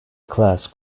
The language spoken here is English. class